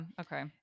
okay